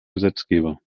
gesetzgeber